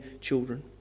children